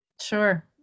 sure